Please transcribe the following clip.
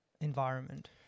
environment